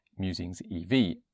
MusingsEV